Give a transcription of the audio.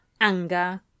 anger